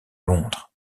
londres